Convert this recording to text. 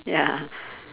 ya